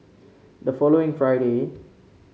the following Friday